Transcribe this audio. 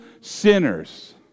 sinners